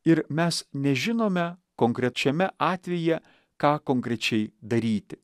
ir mes nežinome konkrečiame atvejyje ką konkrečiai daryti